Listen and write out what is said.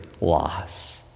loss